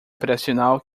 operacional